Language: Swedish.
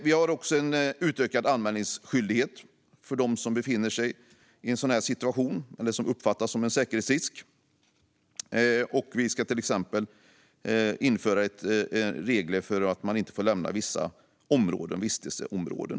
Vi vill också ha en utökad anmälningsskyldighet för den som uppfattas som en säkerhetsrisk, och vi ska till exempel införa regler om att personen i fråga inte får lämna vissa vistelseområden.